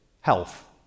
health